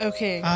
Okay